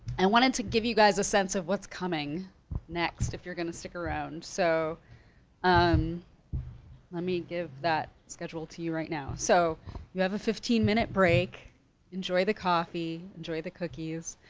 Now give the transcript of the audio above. i wanted to give you guys a sense of what's coming next if you're gonna stick around. so um let me give that schedule to you right now. so you have a fifteen minute break enjoy the coffee, enjoy the cookies.